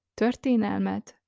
történelmet